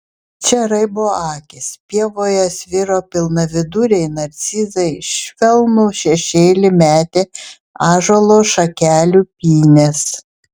čia raibo akys pievoje sviro pilnaviduriai narcizai švelnų šešėlį metė ąžuolo šakelių pynės